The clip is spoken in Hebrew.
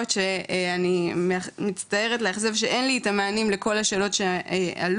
שאני מצטערת לאכזב שאין לי את המענים לכל השאלות שעלו,